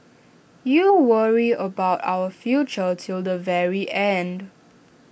you worry about our future till the very end